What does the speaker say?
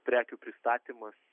prekių pristatymas